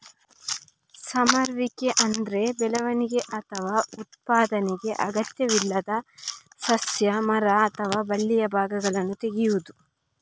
ಸಮರುವಿಕೆ ಅಂದ್ರೆ ಬೆಳವಣಿಗೆ ಅಥವಾ ಉತ್ಪಾದನೆಗೆ ಅಗತ್ಯವಿಲ್ಲದ ಸಸ್ಯ, ಮರ ಅಥವಾ ಬಳ್ಳಿಯ ಭಾಗಗಳನ್ನ ತೆಗೆಯುದು